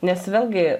nes vėlgi